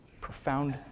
profound